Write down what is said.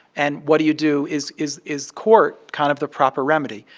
and what do you do is is is court kind of the proper remedy?